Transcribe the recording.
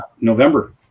November